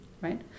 right